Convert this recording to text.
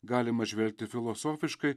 galima žvelgti filosofiškai